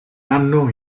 anno